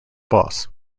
boss